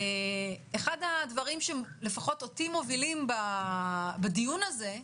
אחד הדברים שלפחות אותי מובילים בדיון הזה,